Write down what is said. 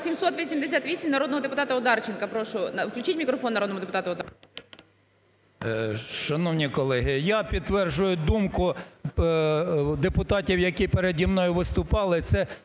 788 народного депутата Одарченка. Прошу включіть мікрофон народному депутату Одарченку. 13:02:56 ОДАРЧЕНКО Ю.В. Шановні колеги, я підтверджую думку депутатів, які переді мною виступали,